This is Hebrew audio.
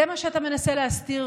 זה מה שאתה מנסה להסתיר,